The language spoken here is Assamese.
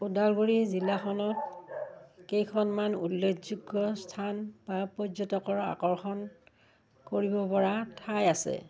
ওদালগুৰি জিলাখনত কেইখনমান উল্লেখযোগ্য স্থান বা পৰ্যটকৰ আকৰ্ষণ কৰিব পৰা ঠাই আছে